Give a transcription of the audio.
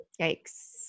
Yikes